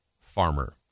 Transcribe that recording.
farmer